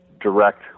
direct